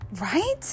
Right